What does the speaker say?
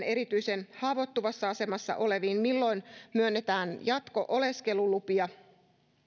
erityisen haavoittuvassa asemassa oleviin milloin myönnetään jatko oleskelulupia